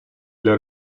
для